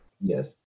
Yes